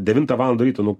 devintą valandą ryto nu